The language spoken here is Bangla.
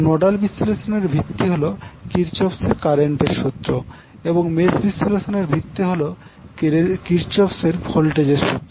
নোডাল বিশ্লেষণের ভিত্তি হলো কিরচপস kirchhoffs এর কারেন্টের সূত্র এবং মেশ বিশ্লেষণ এর ভিত্তি হলো কিরচপস kirchhoffs এর ভোল্টেজ এর সূত্র